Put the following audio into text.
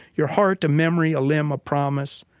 your heart, a memory, a limb, a promise,